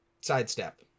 sidestep